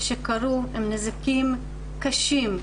שקרו הם נזקים קשים.